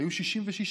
היו 66,